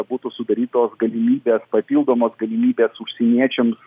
būtų sudarytos galimybės papildomos galimybės užsieniečiams